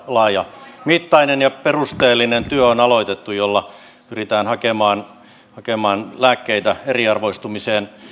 laajamittainen ja perusteellinen työ jolla pyritään hakemaan hakemaan lääkkeitä eriarvoistumiseen